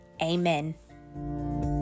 Amen